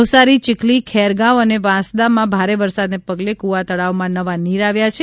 નવસારી ચિખલી ખેરગાંવ અને વાંસદામાં ભારે વરસાદને પગલે ક્રવા તળાવમાં નવા નીર આવ્યા છે